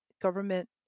Government